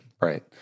right